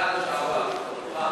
נוהג איפה ואיפה.